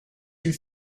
you